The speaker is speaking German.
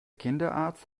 kinderarzt